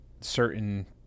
certain